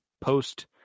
post